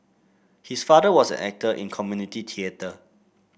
his father was an actor in community theatre